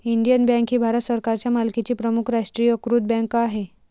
Indian Bank ही भारत सरकारच्या मालकीची प्रमुख राष्ट्रीयीकृत बँक आहे